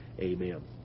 Amen